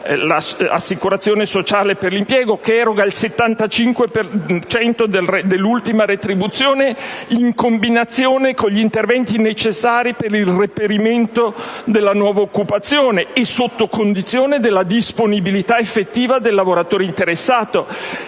l'assicurazione sociale per l'impiego, che eroga il 75 per cento dell'ultima retribuzione in combinazione con gli interventi necessari per il reperimento della nuova occupazione e sotto condizione della disponibilità effettiva del lavoratore interessato.